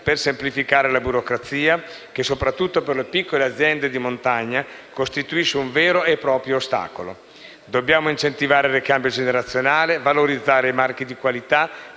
per semplificare la burocrazia, che, soprattutto per le piccole aziende di montagna, costituisce un vero e proprio ostacolo. Dobbiamo incentivare il ricambio generazionale, valorizzare i marchi di qualità,